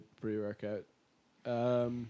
pre-workout